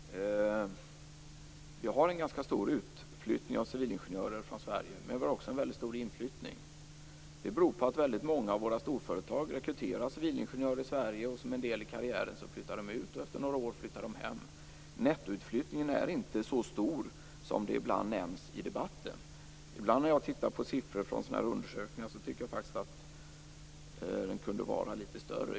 Fru talman! Vi har en ganska stor utflyttning av civilingenjörer från Sverige, men vi har också en väldigt stor inflyttning. Det beror på att väldigt många av våra storföretag rekryterar civilingenjörer i Sverige. Som en del i karriären flyttar dessa utomlands. Efter några år flyttar de hem. Nettoutflyttningen är inte så stor som det ibland nämns i debatten. Ibland när jag tittat på siffror från undersökningar har jag faktiskt tyckt att den kunde vara lite större.